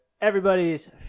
everybody's